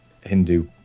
Hindu